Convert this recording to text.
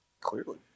Clearly